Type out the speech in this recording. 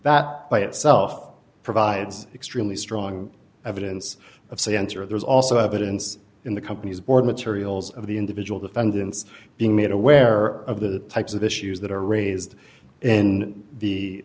that by itself provides extremely strong evidence of science or there's also evidence in the company's board materials of the individual defendants being made aware of the types of issues that are raised in